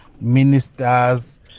ministers